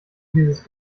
dieses